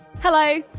Hello